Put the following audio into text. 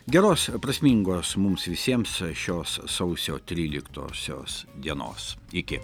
geros prasmingos mums visiems šios sausio tryliktosios dienos iki